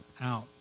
out